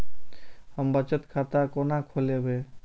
हम बचत खाता केना खोलैब?